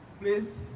please